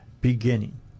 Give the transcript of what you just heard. beginning